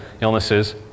illnesses